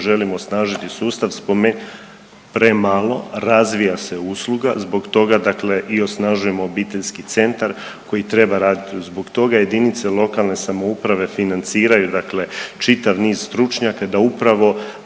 želimo osnažiti sustav, spome…, premalo razvija se usluga zbog toga dakle i osnažujemo obiteljski centar koji treba raditi. Zbog toga JLS financiraju dakle čitav niz stručnjaka da upravo